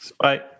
bye